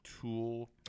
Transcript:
tool